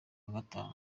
gatanu